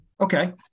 Okay